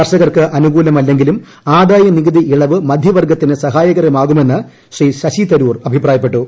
കർഷകർക്ക് അനുകൂലമല്ലെങ്കിലും ആദായനികുതി ഇളവ് മധ്യവർഗ്ഗത്തിന് സ്ഹായകരമാകുമെന്ന് ശ്രീ ശശിതരൂർ അഭിപ്രായപ്പെട്ടു